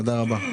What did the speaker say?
תודה רבה.